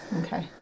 Okay